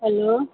hello